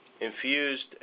infused